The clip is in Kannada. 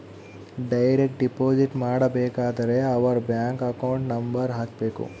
ಡೈರೆಕ್ಟ್ ಡಿಪೊಸಿಟ್ ಮಾಡಬೇಕಾದರೆ ಅವರ್ ಬ್ಯಾಂಕ್ ಅಕೌಂಟ್ ನಂಬರ್ ಹಾಕ್ಬೆಕು